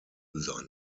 seinen